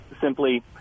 simply